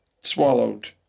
swallowed